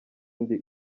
ndi